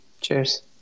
Cheers